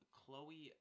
Chloe